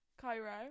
Cairo